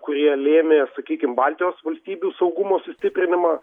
kurie lėmė sakykim baltijos valstybių saugumo sustiprinimą